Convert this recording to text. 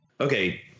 okay